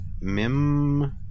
Mim